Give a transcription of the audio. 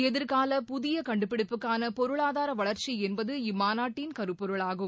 எதிர்கால புதிய கண்டுபிடிப்புக்கான பொருளாதார வளர்ச்சி என்பது இம்மாநாட்டின் கருப்பொருளாகும்